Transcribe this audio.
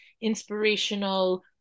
inspirational